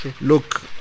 look